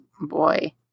boy